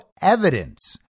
evidence